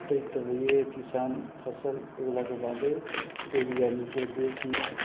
हौते तभियै किसान फसल उगलाके बादे कोइ भी आदमीके देशमे